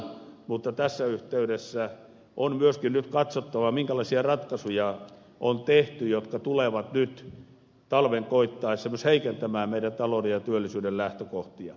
mutta tässä yhteydessä on myöskin nyt katsottava minkälaisia ratkaisuja on tehty jotka tulevat nyt talven koittaessa myös heikentämään meidän talouden ja työllisyyden lähtökohtia